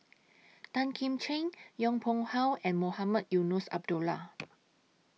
Tan Kim Ching Yong Pung How and Mohamed Eunos Abdullah